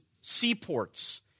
seaports